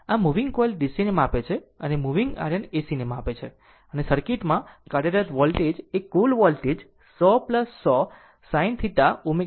આમ moving coil DCને માપે છે અને મુવીગ આર્યન AC માપે છે અને સર્કિટમાં કાર્યરત વોલ્ટેજ એ કુલ વોલ્ટેજ 100 100 sinθ ω t હશે